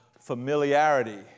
familiarity